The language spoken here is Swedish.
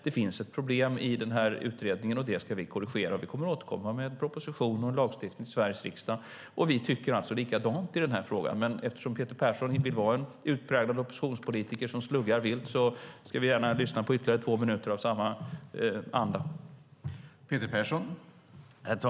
Det finns ett problem som utredningen pekar på, och det ska vi korrigera. Vi kommer att återkomma med en proposition om lagstiftning till Sveriges riksdag. Vi tycker alltså likadant i den här frågan, men eftersom Peter Persson vill vara en utpräglad oppositionspolitiker som sluggar vilt ska vi gärna lyssna på ytterligare två minuter i samma anda.